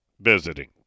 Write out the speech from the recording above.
visiting